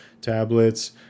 tablets